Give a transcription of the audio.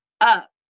up